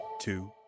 two